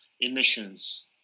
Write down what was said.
emissions